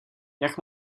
jak